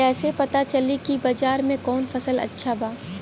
कैसे पता चली की बाजार में कवन फसल अच्छा बा?